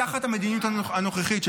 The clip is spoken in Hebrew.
תחת המדיניות הנוכחית,